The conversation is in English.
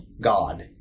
God